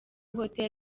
hotel